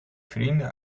vrienden